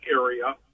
area